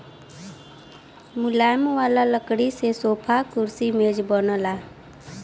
मुलायम वाला लकड़ी से सोफा, कुर्सी, मेज बनला